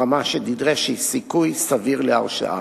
הרמה של "סיכוי סביר להרשעה".